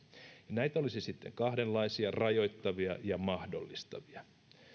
näitä olisi sitten kahdenlaisia rajoittavia ja mahdollistavia